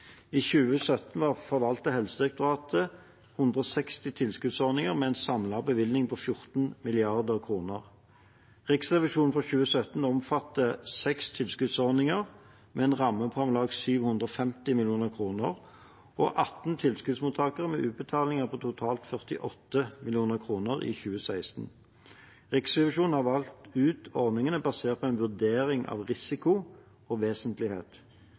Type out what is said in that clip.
I 2017 forvaltet Helsedirektoratet 160 tilskuddsordninger med en samlet bevilgning på 14 mrd. kr. Revisjonen for 2017 omfatter seks tilskuddsordninger med en ramme på om lag 750 mill. kr og 18 tilskuddsmottakere med utbetalinger på totalt 48 mill. kr i 2016. Riksrevisjonen har valgt ut ordningene basert på en vurdering av risiko og vesentlighet.